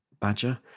badger